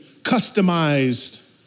customized